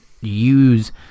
use